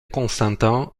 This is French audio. constantin